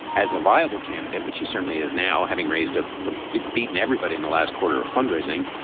as a viable candidate, which he certainly is now having raised ah a bit, beaten everybody in the last quarter fundraising,